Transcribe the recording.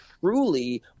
truly